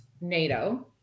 NATO